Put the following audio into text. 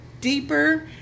deeper